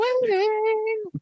waiting